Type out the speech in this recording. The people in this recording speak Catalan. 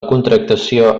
contractació